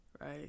right